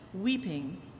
weeping